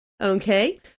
Okay